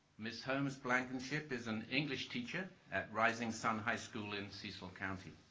ms. holmes-blankenship is an english teacher at rising sun high school in cecil county.